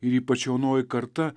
ir ypač jaunoji karta